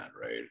right